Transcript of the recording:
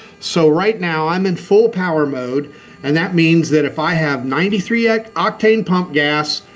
so right now i'm in full power mode and that means that if i have ninety three octane pump gas,